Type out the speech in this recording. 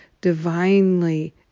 divinely